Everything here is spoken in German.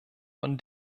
von